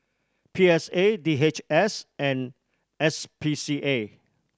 P S A D H S and S P C A